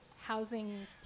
housing